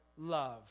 love